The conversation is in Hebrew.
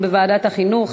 לוועדת החינוך,